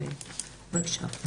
בבשה.